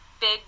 big